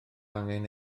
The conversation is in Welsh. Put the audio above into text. angen